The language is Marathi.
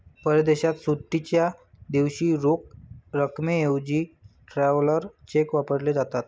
परदेशात सुट्टीच्या दिवशी रोख रकमेऐवजी ट्रॅव्हलर चेक वापरले जातात